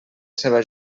seva